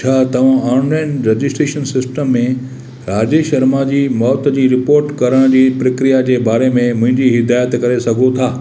छा तव्हां online registration system में राजेश शर्मा जी मौत जी रिपोर्ट करण जी प्रक्रिया जे बारे में मुंहिंजी हिदायत करे सघो था